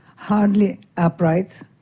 hardly upright,